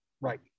Right